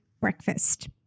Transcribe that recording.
Breakfast